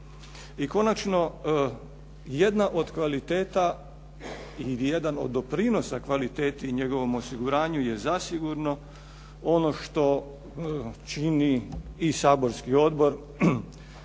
I konačno, jedna od kvaliteta ili jedan od doprinosa kvaliteti i njegovom osiguranju je zasigurno ono što čini i Saborski odbor